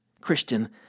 Christian